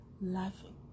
laughing